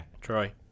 Troy